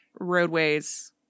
roadways